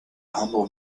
humble